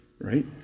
Right